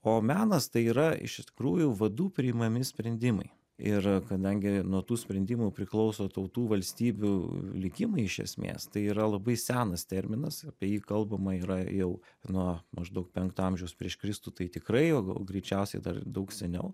o menas tai yra iš tikrųjų vadų priimami sprendimai ir kadangi nuo tų sprendimų priklauso tautų valstybių likimai iš esmės tai yra labai senas terminas apie jį kalbama yra jau nuo maždaug penkto amžiaus prieš kristų tai tikrai o o greičiausiai dar ir daug seniau